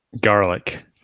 Garlic